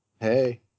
Hey